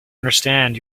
understand